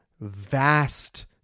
vast